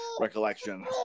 recollection